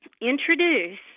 introduce